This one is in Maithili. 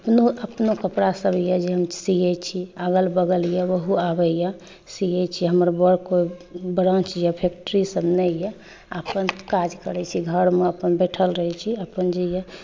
अपनो अपनो कपड़ा सभ यऽ जे हम सियत छी अगल बगलए ओहो आबैत यऽ सियत छी हमर बरको ब्रान्च यऽ फैक्टरीसभ नहि यऽ अपन काज करैत छी घरमे अपन बैठल रहै छी अपन जे यऽ